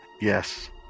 yes